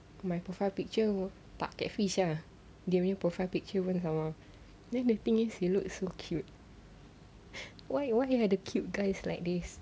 my profile picture were tak catfish ah dia punya profile pic pun sama then the thing is he look so cute why why are the cute guys like this